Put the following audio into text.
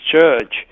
Church